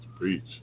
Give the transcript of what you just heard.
preach